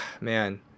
man